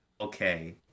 okay